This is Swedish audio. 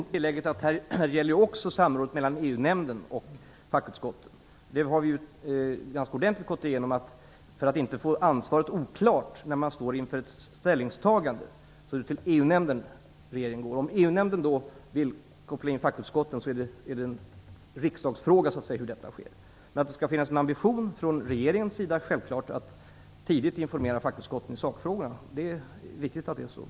Herr talman! Jag kan göra det tillägget att det också gäller samrådet mellan EU-nämnden och fackutskotten. Vi har gått igenom det ganska ordentligt, för att inte ha sammanhanget oklart när man står inför ett ställningstagande, att det är till EU nämnden som regeringen går. Om EU-nämnden då vill koppla in fackutskotten är det en riksdagsfråga hur detta sker. Men det skall självfallet vara en ambition från regeringens sida att tidigt informera fackutskotten i sakfrågor. Det är viktigt att så sker.